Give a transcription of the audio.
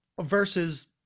versus